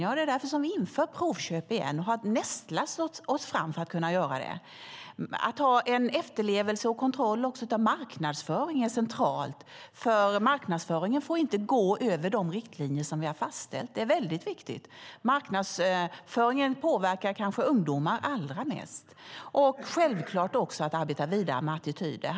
Det är därför som vi inför provköp igen. Vi har fått nästla oss fram för att kunna göra det. Att ha en efterlevelsekontroll också när det gäller marknadsföring är centralt. Marknadsföringen får inte gå utöver de riktlinjer som vi har fastställt. Det är väldigt viktigt. Marknadsföringen påverkar kanske ungdomar allra mest. Självklart ska vi också arbeta vidare med attityder.